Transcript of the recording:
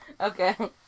Okay